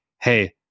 hey